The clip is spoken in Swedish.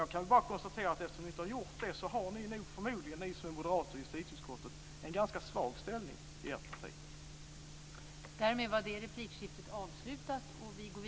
Jag kan bara konstatera att eftersom ni inte har gjort det, har nog ni moderater i justitieutskottet egentligen en ganska svag ställning i ert parti.